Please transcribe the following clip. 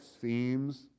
seems